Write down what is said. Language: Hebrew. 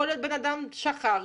יכול להיות שאדם שכח,